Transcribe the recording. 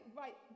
right